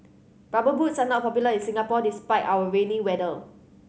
Rubber Boots are not popular in Singapore despite our rainy weather